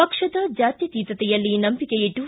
ಪಕ್ಷದ ಜಾತ್ಯತೀತತೆಯಲ್ಲಿ ನಂಬಿಕೆಯಿಟ್ಟು